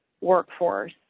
workforce